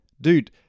dude